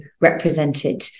represented